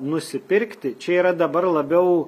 nusipirkti čia yra dabar labiau